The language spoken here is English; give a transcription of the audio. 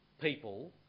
people